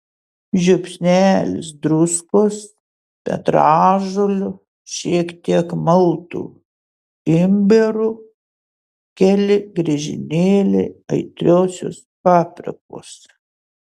žiupsnelis druskos petražolių šiek tiek maltų imbierų keli griežinėliai aitriosios paprikos